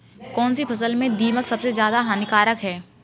कौनसी फसल में दीमक सबसे ज्यादा हानिकारक है?